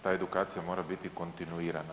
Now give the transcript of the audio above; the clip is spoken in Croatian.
Ta edukacija mora biti kontinuirana.